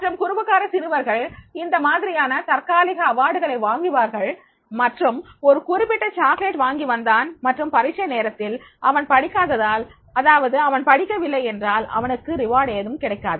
மற்றும் குறும்புக்கார சிறுவர்கள் இந்த மாதிரியான தற்காலிக விருதுகளை வாங்குவார்கள் மற்றும் ஒரு குறிப்பிட்ட சாக்லேட் வாங்கி வந்தான் மற்றும் பரீட்சை நேரத்தில் அவன் படிக்காததால் அதாவது அவன் படிக்கவில்லை என்றால் அவனுக்கு வெகுமதி எதுவும் கிடைக்காது